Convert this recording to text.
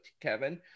Kevin